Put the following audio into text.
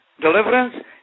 deliverance